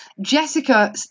Jessica